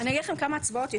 אני אגיד לכם כמה הצבעות יש.